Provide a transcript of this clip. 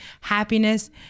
happiness